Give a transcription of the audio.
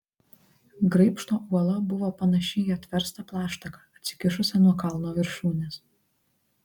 graibšto uola buvo panaši į atverstą plaštaką atsikišusią nuo kalno viršūnės